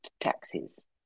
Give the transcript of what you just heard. taxes